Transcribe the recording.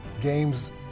games